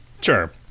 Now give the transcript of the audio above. Sure